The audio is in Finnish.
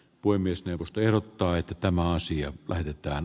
puhemiesneuvosto ehdottaa että tämä asia lähetetään